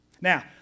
Now